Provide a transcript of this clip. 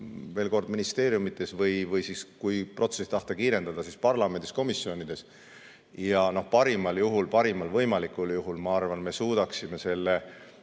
veel kord ministeeriumides või siis, kui protsessi tahta kiirendada, parlamendi komisjonides. Parimal juhul, parimal võimalikul juhul, ma arvan, me suudaksime selle,